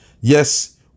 Yes